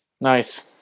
Nice